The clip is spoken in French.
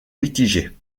mitigées